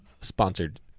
sponsored